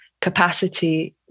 capacity